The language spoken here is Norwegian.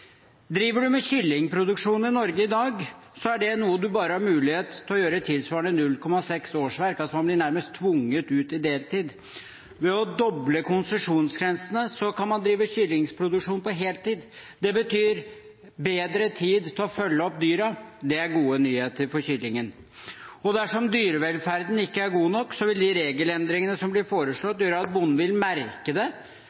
Driver man med kyllingproduksjon i Norge i dag, er det noe man bare har mulighet til å gjøre tilsvarende 0,6 årsverk – man blir altså nærmest tvunget ut i deltid. Ved å doble konsesjonsgrensene kan man drive med kyllingproduksjon på heltid. Det betyr bedre tid til å følge opp dyrene. Det er gode nyheter for kyllingen. Dersom dyrevelferden ikke er god nok, vil bonden merke de regelendringene som blir foreslått,